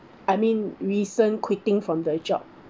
I mean recent quitting from the job